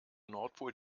nordpol